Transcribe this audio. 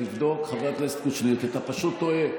תבדוק, חבר הכנסת קושניר, כי אתה פשוט טועה.